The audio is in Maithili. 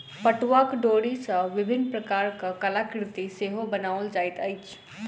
पटुआक डोरी सॅ विभिन्न प्रकारक कलाकृति सेहो बनाओल जाइत अछि